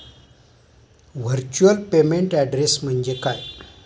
Virtual payment address म्हणजे काय?